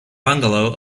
bungalow